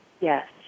Yes